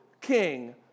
king